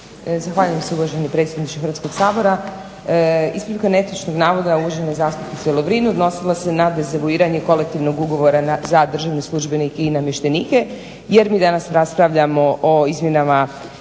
Zahvaljujem se uvaženi predsjedniče Hrvatskog sabora. Ispravka netočnog navoda uvažene zastupnice Lovrin odnosila se na dezavuiranje kolektivnog ugovora za državne službenike i namještenike, jer mi danas raspravljamo o izmjenama Zakona o